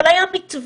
אבל היה מתווה.